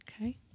Okay